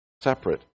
separate